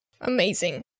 amazing